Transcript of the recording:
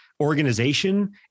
organization